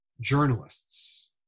Journalists